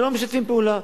שלא משתפים פעולה,